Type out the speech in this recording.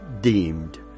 deemed